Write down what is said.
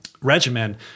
regimen